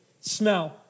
Smell